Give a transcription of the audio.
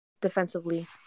defensively